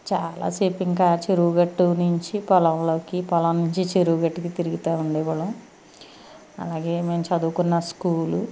చాలాసేపు ఇంకా ఆ చెరువుగట్టు నుంచి పొలంలోకి పొలం నుంచి చెరువుగట్టుకు తిరుగుతు ఉండే వాళ్ళం అలాగే మేము చదువుకున్న స్కూల్